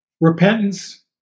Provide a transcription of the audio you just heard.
repentance